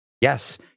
Yes